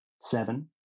Seven